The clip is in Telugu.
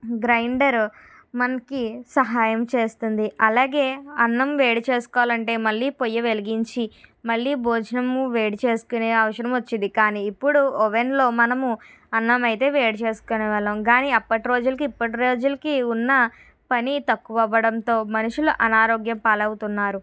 గ్రైండర్ మనకి సహాయం చేస్తుంది అలాగే అన్నం వేడి చేసుకోవాలంటే మళ్ళీ పొయ్యి వెలిగించి మళ్లీ భోజనం వేడి చేసుకునే అవసరం వచ్చేది కానీ ఇప్పుడు ఓవెన్లో మనము అన్నం అయితే వేడి చేసుకునేవాళ్ళం కానీ అప్పటి రోజులకి ఇప్పటి రోజులకి ఉన్న పని తక్కువ అవ్వడంతో మనుషులు అనారోగ్యం పాలవుతున్నారు